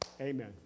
Amen